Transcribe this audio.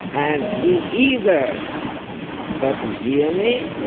and he either doesn't hear me,